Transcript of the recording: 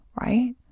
right